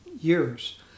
years